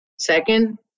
Second